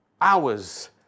hours